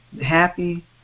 happy